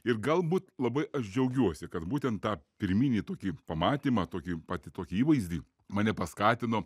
ir galbūt labai aš džiaugiuosi kad būtent tą pirminį tokį pamatymą tokį pati tokį įvaizdį mane paskatino